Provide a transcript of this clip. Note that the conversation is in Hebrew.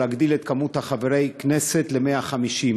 או להגדיל את מספר חברי הכנסת ל-150,